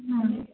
हा